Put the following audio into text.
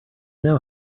know